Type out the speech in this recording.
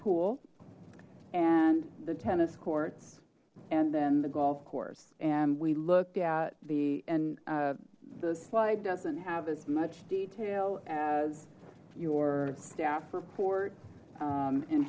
pool and the tennis courts and then the golf course and we looked at the and the slide doesn't have as much detail as your staff report